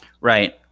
Right